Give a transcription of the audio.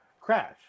Crash